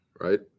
right